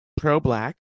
pro-black